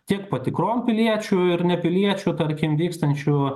tiek patikrom piliečių ir ne piliečių tarkim vykstančių